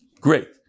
Great